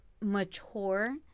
mature